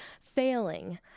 failing